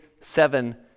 seven